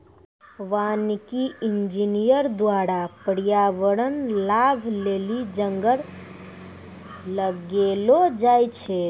वानिकी इंजीनियर द्वारा प्रर्यावरण लाभ लेली जंगल लगैलो जाय छै